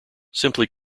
simply